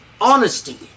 honesty